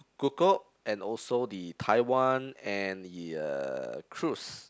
Kukup and also the Taiwan and the uh cruise